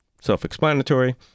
self-explanatory